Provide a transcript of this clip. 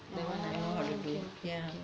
oh okay okay okay